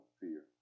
fear